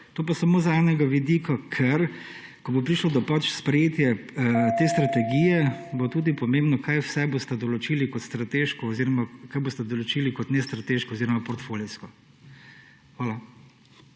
To pa samo z enega vidika, ker ko bo prišlo do sprejetja te strategije bo tudi pomembno kaj vse boste določili kot strateško oziroma kaj boste določili kot nestrateško oziroma portfolijsko. Hvala.